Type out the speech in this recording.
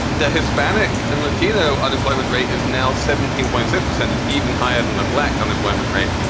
the hispanic and latino unemployment rate is now seventeen point six percent. it's even higher than the black unemployment rate.